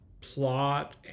plot